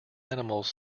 animals